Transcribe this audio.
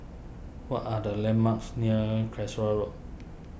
what are the landmarks near Calshot Road